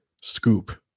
scoop